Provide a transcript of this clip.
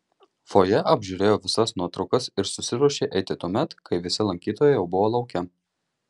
fojė apžiūrėjo visas nuotraukas ir susiruošė eiti tuomet kai visi lankytojai jau buvo lauke